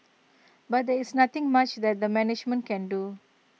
but there is nothing much that the management can do